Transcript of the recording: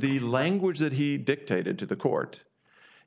the language that he dictated to the court